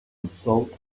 unsought